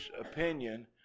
opinion